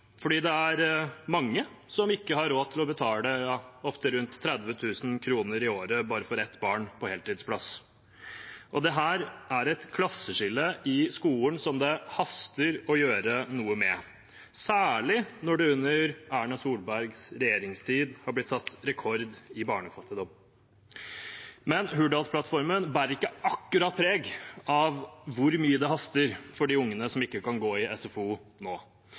det er mange som ikke har råd til å betale opptil 30 000 kr i året bare for ett barn med heltidsplass. Dette gir et klasseskille i skolen som det haster å gjøre noe med, særlig når det under Erna Solbergs regjeringstid har blitt satt rekord i barnefattigdom. Hurdalsplattformen bærer ikke akkurat preg av hvor mye det haster for de ungene som ikke kan gå i SFO nå.